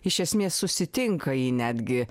iš esmės susitinka jį netgi